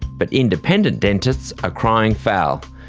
but independent dentists are crying foul.